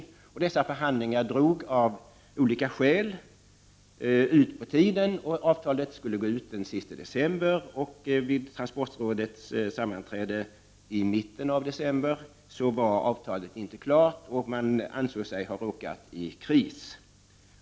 Dessa förhandlingar drog av olika skäl ut på tiden. Avtalet skulle gå ut den sista december. Vid transportrådets sammanträde i mitten av december var avtalet inte klart, och man ansåg sig då ha råkat i kris.